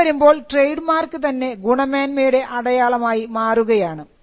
അങ്ങനെ വരുമ്പോൾ trademark തന്നെ ഗുണമേന്മയുടെ അടയാളം ആയി മാറുകയാണ്